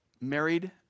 married